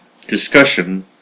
Discussion